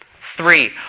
Three